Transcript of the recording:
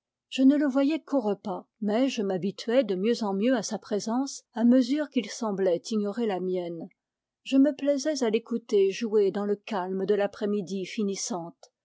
je ne le voyais qu'aux repas mais je m'habituais de mieux en mieux à sa présence à mesure qu'il semblait ignorer la mienne je me plaisais à l'écouter jouer dans le calme de l'après-midi finissante